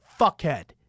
fuckhead